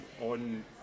on